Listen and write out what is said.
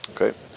Okay